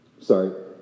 sorry